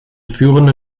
führende